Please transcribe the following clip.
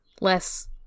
less